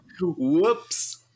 Whoops